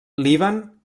líban